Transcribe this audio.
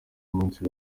munsi